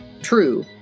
True